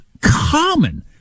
Common